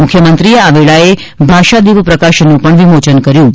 મુખ્યમંત્રીએ આ વેળાએ ભાષાદિપ પ્રકાશનનું વિમોચન પણ કર્યું હતું